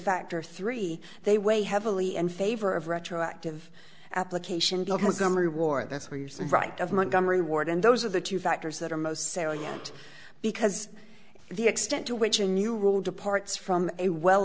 factor three they weigh heavily in favor of retroactive at location war that's where you stand right of montgomery ward and those are the two factors that are most salient because the extent to which a new rule departs from a well